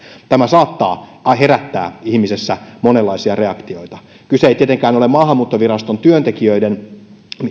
tämä saattaa herättää ihmisessä monenlaisia reaktioita kyse ei tietenkään ole maahanmuuttoviraston työntekijöiden